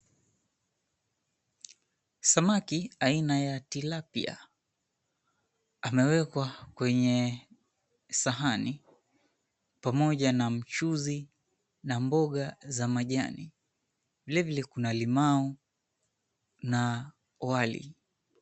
Samaki aina ya tilapia amewekwa kwenye sahani pamoja na mchuzi na mboga za majani. Vile vile kuna limau na wali.